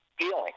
feeling